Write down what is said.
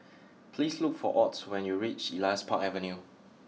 please look for Ott when you reach Elias Park Avenue